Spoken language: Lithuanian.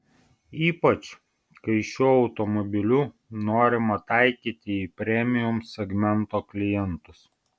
ypač kai šiuo automobiliu norima taikyti į premium segmento klientus